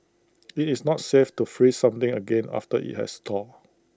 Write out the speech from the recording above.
IT is not safe to freeze something again after IT has thawed